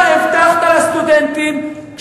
הבטחת לסטודנטים,